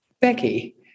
Becky